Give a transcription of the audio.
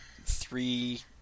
three